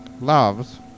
Loves